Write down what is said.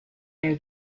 new